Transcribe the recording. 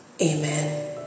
Amen